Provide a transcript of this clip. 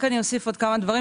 רק אוסיף עוד כמה דברים.